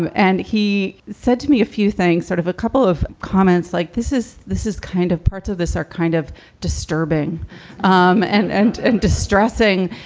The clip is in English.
and he said to me a few things, sort of a couple of comments like this is this is kind of parts of this are kind of disturbing um and and and distressing.